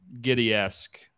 Giddy-esque